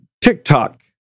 TikTok